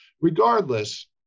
Regardless